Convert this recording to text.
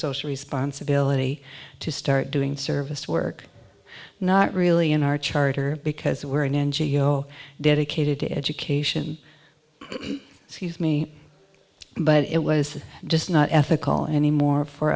social responsibility to start doing service work not really in our charter because we're an ngo dedicated to education so use me but it was just not ethical anymore for